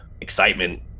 Excitement